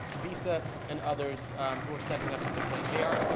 visa, and others who are stepping up to the plate. j r,